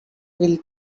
will